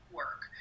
work